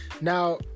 Now